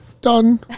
Done